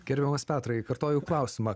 gerbiamas petrai kartoju klausimą